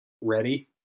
ready